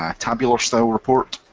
um tabular style report,